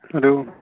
hello